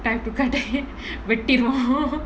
time to cut hair வெட்டிருவோ:vettiruvo